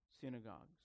synagogues